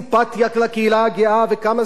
וכמה זה באמת נורא נחמד,